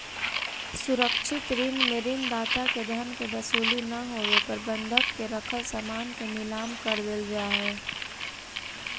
सुरक्षित ऋण में ऋण दाता के धन के वसूली ना होवे पर बंधक के रखल सामान के नीलाम कर देल जा हइ